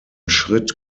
schritt